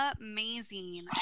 amazing